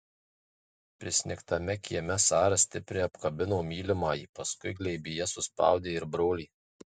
prisnigtame kieme sara stipriai apkabino mylimąjį paskui glėbyje suspaudė ir brolį